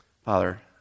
Father